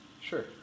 Sure